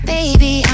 Baby